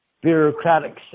bureaucratic